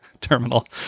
terminal